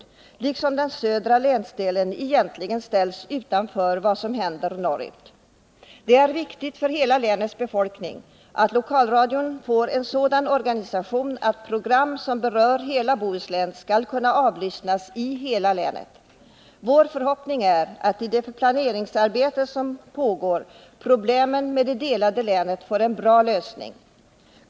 På samma sätt ställs den södra länsdelen egentligen utanför vad som händer norrut. Det är viktigt för hela länets befolkning att lokalradion får sådan organisation att program som berör hela Bohuslän kan avlyssnas i hela länet. Det är vår förhoppning att problemen med det delade länet får en bra lösning i det planeringsarbete som pågår.